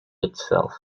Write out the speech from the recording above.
itself